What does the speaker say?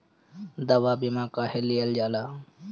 दवा बीमा काहे लियल जाला?